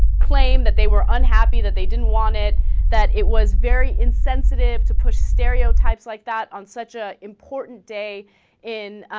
claimed that they were unhappy that they didn't want it that he was very insensitive to push stereotypes like that on such a important day in